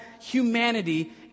humanity